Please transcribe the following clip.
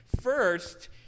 First